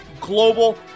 global